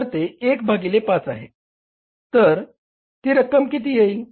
तर ते 1 भागिले 5 आहे तर ती रक्कम किती येईल